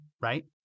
right